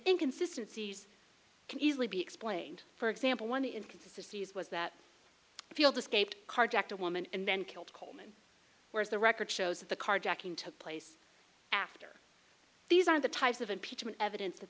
inconsistency can easily be explained for example one inconsistency is was that field escaped carjacked a woman and then killed coleman whereas the record shows that the carjacking took place after these are the types of impeachment evidence that